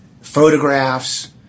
photographs